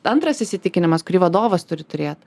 antras įsitikinimas kurį vadovas turi turėt